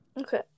okay